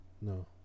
No